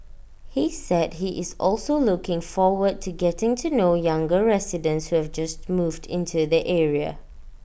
he said he is also looking forward to getting to know younger residents who have just moved into the area